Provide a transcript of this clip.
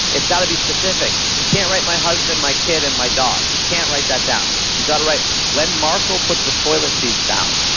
it's got to be specific you can't write my husband, my kid, and my dog. you can't write that down. you got to write, when marco put the toilet seat down.